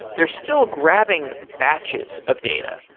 they're still grabbing batches of data.